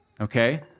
Okay